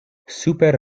super